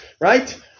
right